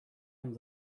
him